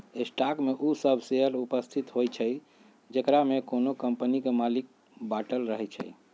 stock में उ सभ शेयर उपस्थित होइ छइ जेकरामे कोनो कम्पनी के मालिक बाटल रहै छइ